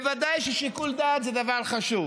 בוודאי ששיקול דעת זה דבר חשוב,